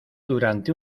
durante